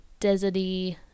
deserty